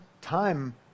time